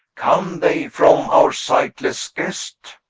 come they from our sightless guest?